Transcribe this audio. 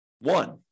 one